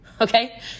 okay